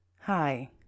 Hi